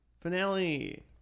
finale